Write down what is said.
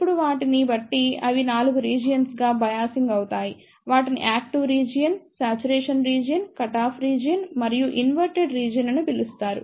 ఇప్పుడు వాటిని బట్టి అవి 4 రీజియన్స్ గా బయాసింగ్ అవుతాయి వాటిని active region saturation region cut off region మరియు ఇన్వర్టెడ్ రీజియన్ అని పిలుస్తారు